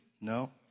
No